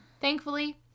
thankfully